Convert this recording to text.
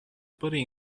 body